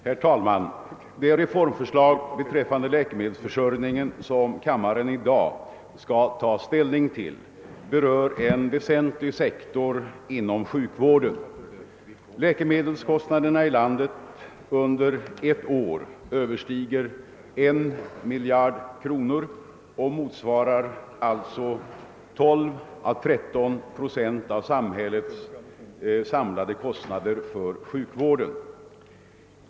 Herr talman! Det reformförslag beträffande läkemedelsförsörjningen som kammaren i dag skall ta ställning till berör en väsentlig sektor inom sjukvården. Läkemedelskostnaderna i landet under ett år överstiger 1 miljard kronor och motsvarar alltså 12 å 13 procent av samhällets samlade kostnader för sjukvården.